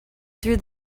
through